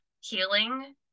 healing